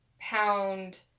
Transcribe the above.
pound